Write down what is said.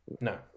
No